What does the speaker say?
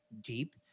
deep